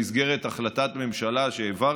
במסגרת החלטת ממשלה שהעברתי,